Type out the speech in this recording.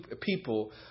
people